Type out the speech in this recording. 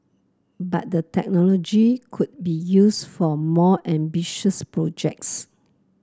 but the technology could be used for more ambitious projects